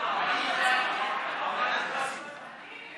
להעביר את הצעת חוק רישוי עסקים (תיקון,